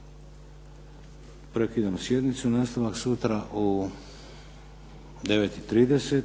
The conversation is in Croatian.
Prekidam sjednicu. Nastavak sutra u 9,30